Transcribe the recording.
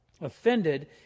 Offended